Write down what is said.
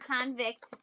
convict